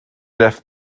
jeff